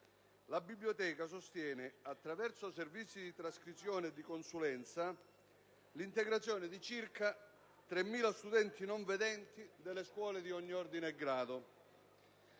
La Biblioteca sostiene, attraverso servizi di trascrizione e di consulenza, l'integrazione di circa 3.000 studenti non vedenti delle scuole di ogni ordine e grado.